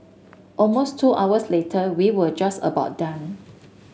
almost two hours later we were just about done